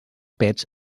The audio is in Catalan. pets